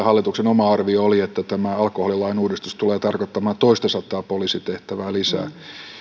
hallituksen oma arvio oli että tämä alkoholilain uudistus tulee tarkoittamaan toistasataa poliisitehtävää lisää